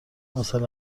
مثل